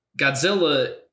Godzilla